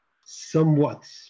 somewhat